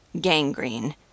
gangrene